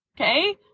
okay